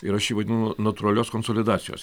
ir aš jį vadinu natūralios konsolidacijos